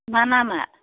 मा नामया